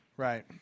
Right